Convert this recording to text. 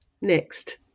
next